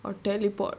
or teleport